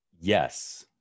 Yes